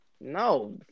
No